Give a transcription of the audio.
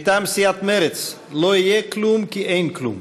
מטעם סיעת מרצ: לא יהיה כלום כי אין כלום.